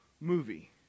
movie